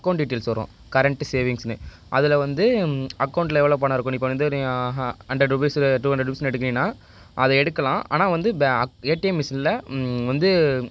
account details வரும் current சேவிங்ஸ்னு அதில் வந்து அக்கவுண்ட் எவ்வளோ பணம் இருக்கும் இப்போ நீ வந்து நீ ஹன்ட்ரெட் ரூபீஸ் டூ ஹன்ட்ரெட் ரூபீஸ்னு எடுக்கிறீனா அதை எடுக்கலாம் ஆனால் வந்து ப ஏடிஎம் மிஷினில் வந்து